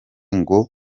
ngo